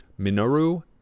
Minoru